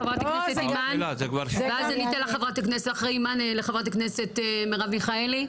חברת הכנסת ואז אני אתן לחברת הכנסת מרב מיכאלי.